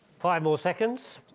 five more seconds,